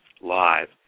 live